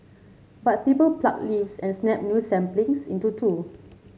but people pluck leaves and snap new saplings into two